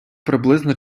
приблизно